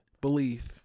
belief